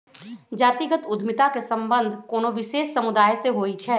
जातिगत उद्यमिता के संबंध कोनो विशेष समुदाय से होइ छै